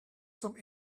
some